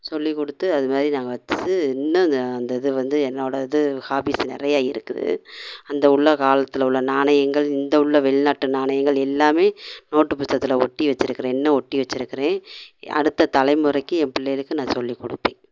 சொல்லிக்கொடுத்து அது மாதிரி நாங்கள் வச்சி இன்னும் அதை அந்த இதை வந்து என்னோடய இது ஹாப்பிஸ் நிறையா இருக்குது அந்த உள்ள காலத்தில் உள்ள நாணயங்கள் இந்த உள்ள வெளிநாட்டு நாணயங்கள் எல்லாமே நோட்டு புஸ்தகத்தில் ஒட்டி வச்சிருக்குறேன் இன்னும் ஒட்டி வச்சிருக்குறேன் அடுத்த தலைமுறைக்கு என் பிள்ளைகளுக்கு நான் சொல்லிக்கொடுப்பேன்